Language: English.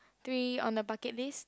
three on the bucket list